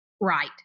Right